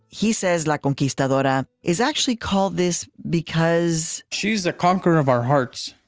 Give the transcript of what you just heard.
he says la conquistadora is actually called this because. she's a conqueror of our hearts.